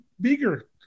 bigger